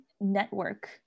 network